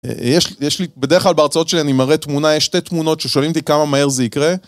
יש לי, בדרך כלל בהרצאות שלי אני מראה תמונה, יש שתי תמונות ששואלים אותי כמה מהר זה יקרה